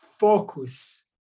focus